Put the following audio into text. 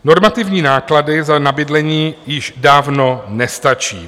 Normativní náklady na bydlení již dávno nestačí.